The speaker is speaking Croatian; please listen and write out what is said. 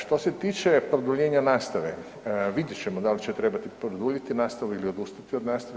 Što se tiče produljenja nastave, vidjet ćemo da li će trebati produljiti nastavu ili odustati od nastave.